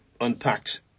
unpacked